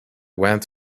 went